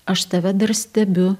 aš tave dar stebiu